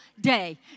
day